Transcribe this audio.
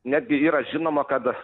netgi yra žinoma kad